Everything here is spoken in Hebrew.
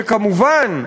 וכמובן,